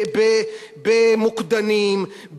במוקדנים,